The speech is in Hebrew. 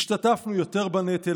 השתתפנו יותר בנטל.